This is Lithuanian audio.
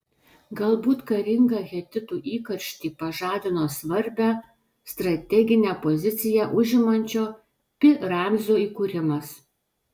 galbūt karingą hetitų įkarštį pažadino svarbią strateginę poziciją užimančio pi ramzio įkūrimas